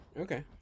Okay